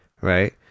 right